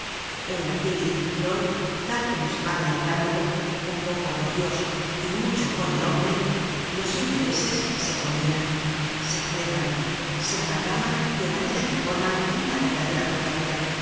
en la civizacion tal como se va realizando un poco por dios y mucho por el hombre los intereses se combinan se agregan se amalgaman de manera que forman una verdera roca dura